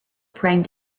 praying